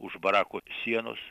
už barako sienos